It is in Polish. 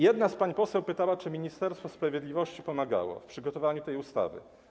Jedna z pań poseł pytała, czy Ministerstwo Sprawiedliwości pomagało w przygotowaniu tej ustawy.